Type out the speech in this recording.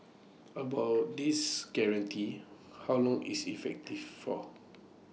about this guarantee how long is effective for